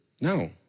No